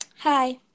Hi